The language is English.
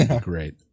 Great